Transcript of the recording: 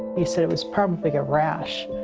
he said it was probably a rash,